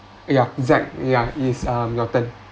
ya zac ya it's um your turn